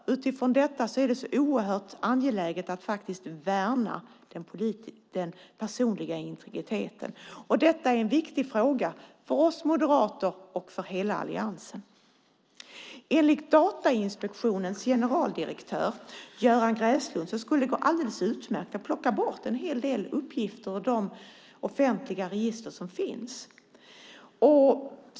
Utifrån detta är det så oerhört angeläget att faktiskt värna den personliga integriteten. Detta är en viktig fråga för oss moderater och för hela alliansen. Enligt Datainspektionens generaldirektör Göran Gräslund skulle det gå alldeles utmärkt att plocka bort en hel del uppgifter ur de offentliga register som finns.